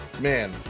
man